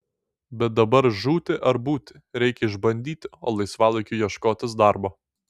bet dabar žūti ar būti reikia išbandyti o laisvalaikiu ieškotis darbo